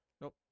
Nope